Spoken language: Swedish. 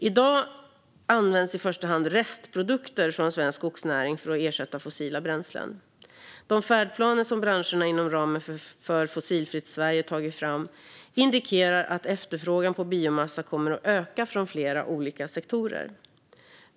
I dag används i första hand restprodukter från svensk skogsnäring för att ersätta fossila bränslen. De färdplaner som branscherna inom ramen för Fossilfritt Sverige tagit fram indikerar att efterfrågan på biomassa kommer att öka från flera olika sektorer.